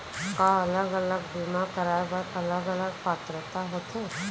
का अलग अलग बीमा कराय बर अलग अलग पात्रता होथे?